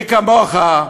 מי כמוך,